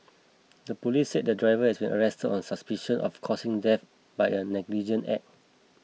the police said the driver has been arrested on suspicion of causing death by a negligent act